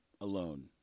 alone